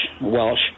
welsh